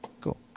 cool